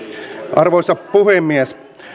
arvoisa puhemies